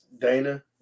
Dana